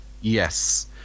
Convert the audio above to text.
Yes